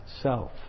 self